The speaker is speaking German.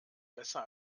besser